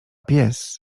pies